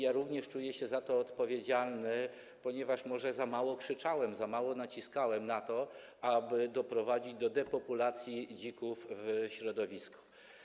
Ja również czuję się za to odpowiedzialny, ponieważ może za mało krzyczałem, za mało naciskałem na to, aby doprowadzić do depopulacji dzików w środowisku.